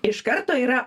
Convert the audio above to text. iš karto yra